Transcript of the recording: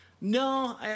No